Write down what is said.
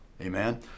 Amen